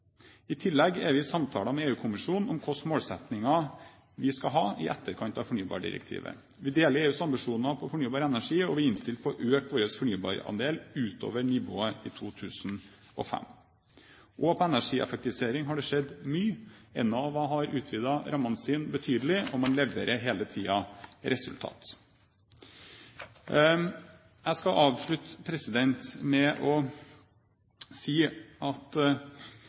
I tillegg er vi i samtaler med EU-kommisjonen om hvilke målsetninger vi skal ha i etterkant av fornybardirektivet. Vi deler EUs ambisjoner når det gjelder fornybar energi, og vi er innstilt på å øke vår fornybarandel utover nivået i 2005. Også på området energieffektivisering har det skjedd mye. Enova har utvidet sine rammer betydelig, og man leverer hele tiden resultater. Jeg skal avslutte med å si at